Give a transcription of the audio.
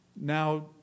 Now